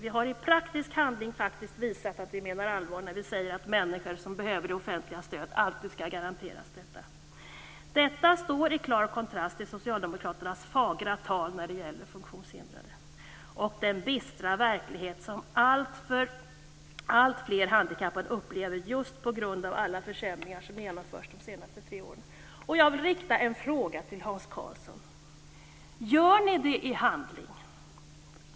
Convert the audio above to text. I praktisk handling har vi faktiskt visat att vi menar allvar när vi säger att människor som behöver det offentligas stöd alltid skall garanteras detta. Det här står i klar kontrast till Socialdemokraternas fagra tal när det gäller funktionshindrade och den bistra verklighet som alltfler handikappade upplever just på grund av alla försämringar som genomförts under de senaste tre åren. Jag vill fråga Hans Karlsson: Gör ni det i handling?